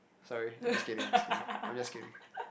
sorry I'm just kidding I'm just kidding I'm just kidding